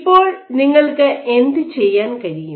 ഇപ്പോൾ നിങ്ങൾക്ക് എന്തുചെയ്യാൻ കഴിയും